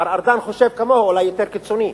מר ארדן חושב כמוהו, אולי יותר קיצוני.